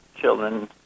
children